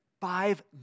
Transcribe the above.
Five